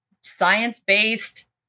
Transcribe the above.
science-based